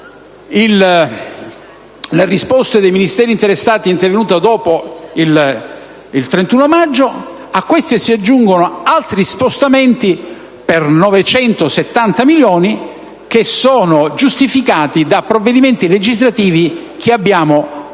la risposta dei Ministeri interessati è intervenuta dopo il 31 maggio) si aggiungono altri spostamenti per 970 milioni di euro, che sono giustificati da provvedimenti legislativi che abbiamo